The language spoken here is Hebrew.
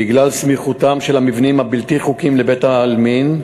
בגלל סמיכותם של המבנים הבלתי-חוקיים לבית-העלמין,